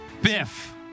Biff